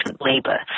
labor